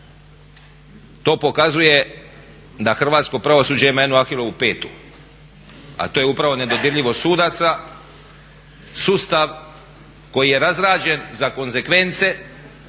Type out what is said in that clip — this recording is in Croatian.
To pokazuje da hrvatsko pravosuđe ima jednu Ahilovu petu, a to je upravo nedodirljivost sudaca, sustav koji je razrađen za konzekvence